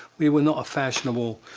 we were not a fashionable,